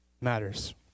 matters